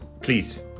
please